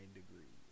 degrees